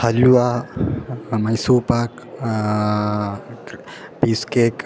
halwa Mysore pak piece cake